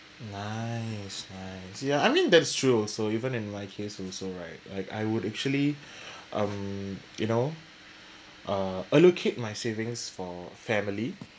nice nice ya I mean that is true also even in my case also right like I would actually um you know uh allocate my savings for family